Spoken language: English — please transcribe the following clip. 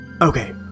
Okay